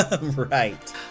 Right